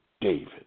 David